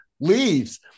leaves